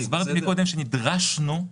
גם לא לטובה.